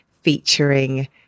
featuring